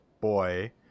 boy